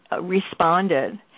responded